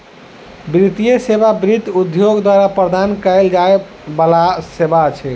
वित्तीय सेवा वित्त उद्योग द्वारा प्रदान कयल जाय बला सेवा अछि